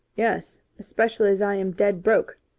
yes, especially as i am dead broke.